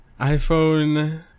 iPhone